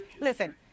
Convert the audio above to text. listen